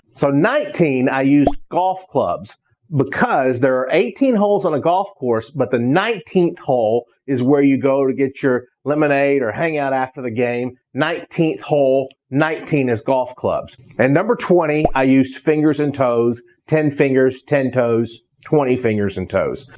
so nineteen, i used golf clubs because there are eighteen holes in a golf course, but the nineteenth hole is where you go to get your lemonade or hang out after the game. nineteenth hole nineteen is golf clubs. and number twenty i used fingers and toes, ten fingers, ten toes, twenty fingers and toes.